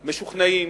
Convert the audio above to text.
משוכנעים,